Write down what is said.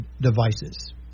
devices